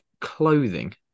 clothing